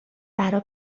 برا